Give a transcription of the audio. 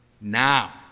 Now